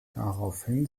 daraufhin